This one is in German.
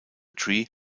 tree